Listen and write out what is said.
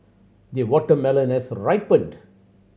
the watermelon has ripened